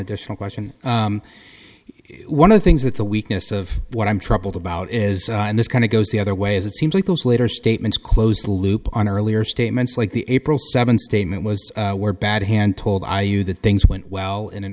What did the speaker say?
additional question is one of the things that the weakness of what i'm troubled about is in this kind of goes the other way is it seems like those later statements closed loop on earlier statements like the april seventh statement was a bad hand told i you that things went well in an